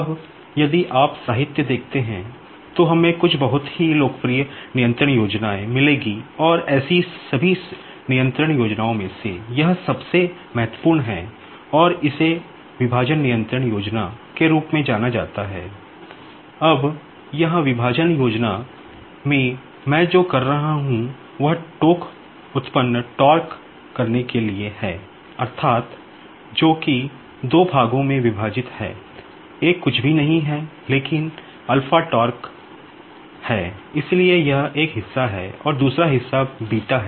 अब यहाँ partition control scheme उत्पन्न करने के लिए है अर्थात् जो कि दो भागों में विभाजित है एक कुछ भी नहीं है लेकिनहैं इसलिए यह एक हिस्सा है और दूसरा हिस्सा है